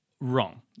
Wrong